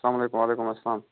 سلام علیکُم وعلیکُم اسلام